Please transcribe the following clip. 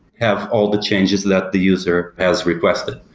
have all the changes that the user has requested.